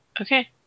Okay